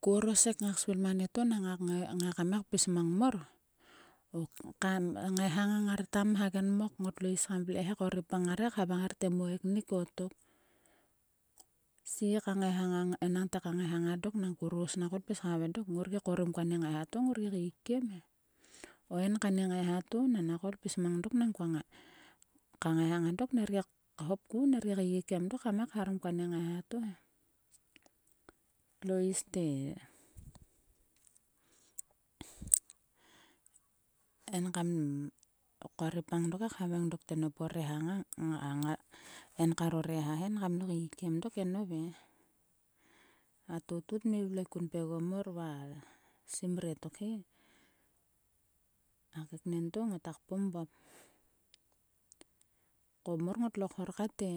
Ko orosek ngak svil mang anieto nang ngak ngai kam pis mang mor. Oka ngaiha ngang ngar ngar tam hagen mok. Ngotlo is kam vle he kori pang ngan he khavai te mu eknik o tok. Si ka ngaiha ngang. enang te ka ngaiha ngang dok nang ko ros nak koul pis khavaing dok. ngor gi korim koani ngaiha to. Ngor gi keikiem he. O en ka ni ngaiha to nang nak koul pis mang dok nang koa ka ngaiha ngang dok ner gia hopku kam ngai kaiharom koani ngaiha to he. Tlo is te. en kam koripang dok he khavaing te nop o reha ngang. ngang en karo reha he he en kam lo keikkikiem dok. e nove. A lotu tmi vle kun pgegom mor va a simre. ttokhe a keknen to ngota kpom vop. Ko mor ngotlo khor kate.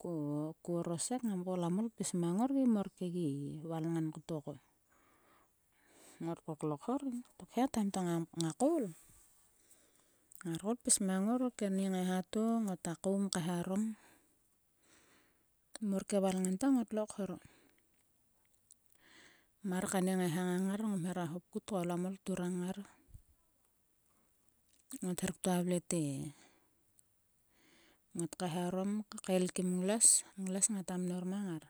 Ko, ko orosek ngam koul kam ol pis mang ongor. Gi mor kegi valangan to. Ngot koklo khor e. Tokhe a taim to ngam ngak koul. Ngar koul pis mang ngor keni ngor keni ngaiha tongota koum kaeharom. Mor ke valngan ta ngotlo khor. Mar keni ngaiha ngang ngar ngom hera hop kut koul kam ol turang ngar. Ngot her ktua vle te. ngot kaeharom kael kim. Nglues ngata mnor mang nga.